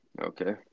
Okay